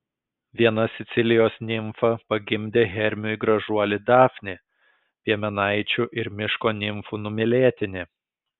viena sicilijos nimfa pagimdė hermiui gražuolį dafnį piemenaičių ir miško nimfų numylėtinį